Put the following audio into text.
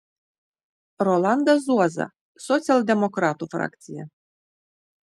rolandas zuoza socialdemokratų frakcija